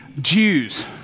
Jews